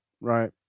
right